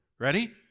ready